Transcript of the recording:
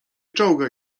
czołgaj